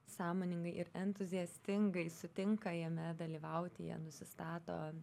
sąmoningai ir entuziastingai sutinka jame dalyvaut jie nusistato